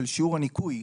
של שיעור הניכוי,